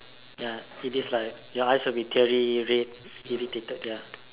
ya it is lah your eyes will be teary red irritated ya